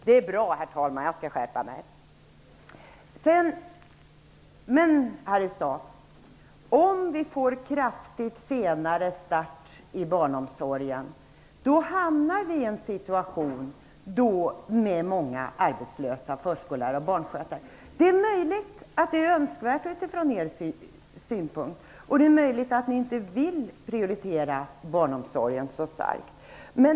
Herr talman! Det är bra. Jag skall skärpa mig. Men om vi får en mycket senare start i barnomsorgen hamnar vi i en situation med många arbetslösa förskollärare och barnskötare, Harry Staaf. Det är möjligt att det är önskvärt utifrån er synpunkt. Det är möjligt att ni inte vill prioritera barnomsorgen så starkt.